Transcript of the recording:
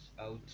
out